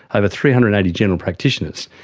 over three hundred and eighty general practitioners.